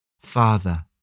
Father